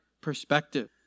perspective